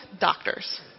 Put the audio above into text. Doctors